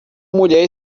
mulher